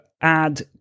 add